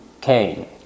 Cain